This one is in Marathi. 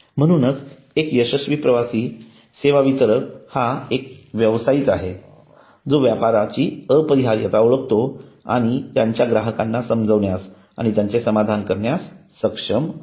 म्हणूनच एक यशस्वी प्रवासी सेवा वितरक हा एक व्यावसायिक आहे जो व्यापाराची अपरिहार्यता ओळखतो आणि त्यांच्या ग्राहकांना समजावण्यास आणि त्यांचे समाधान करण्यास सक्षम असतो